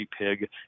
pig